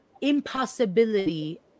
impossibility